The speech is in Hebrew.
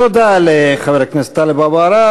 תודה לחבר הכנסת טלב אבו עראר.